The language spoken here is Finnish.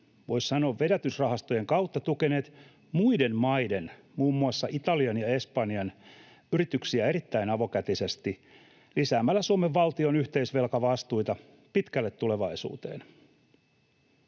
voisi sanoa, vedätysrahastojen kautta tukeneet muiden maiden, muun muassa Italian ja Espanjan, yrityksiä erittäin avokätisesti lisäämällä Suomen valtion yhteisvelkavastuita pitkälle tulevaisuuteen.